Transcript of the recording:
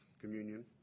communion